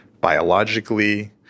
biologically